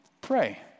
pray